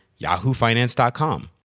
yahoofinance.com